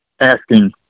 asking